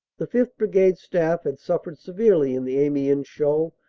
the fifth. brigade staff had suffered severely in the amiens show,